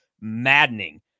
maddening